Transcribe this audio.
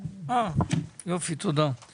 פותח את